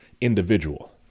individual